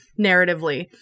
narratively